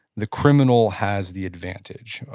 the criminal has the advantage.